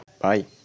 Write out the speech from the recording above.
Bye